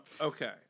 Okay